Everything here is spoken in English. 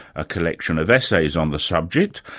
a collection of essays on the subject,